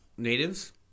Natives